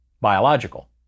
Biological